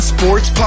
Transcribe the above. Sports